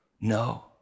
No